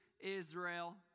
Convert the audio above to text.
Israel